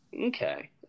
Okay